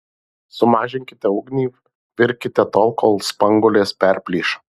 sumažinkite ugnį virkite tol kol spanguolės perplyš